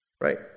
Right